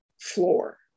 floor